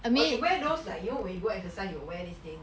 or you wear those like you know when you go exercise you will ear this thing